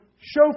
show